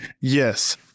Yes